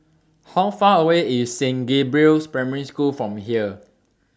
How Far away IS Saint Gabriel's Primary School from here